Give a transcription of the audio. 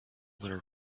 their